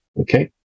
Okay